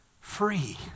free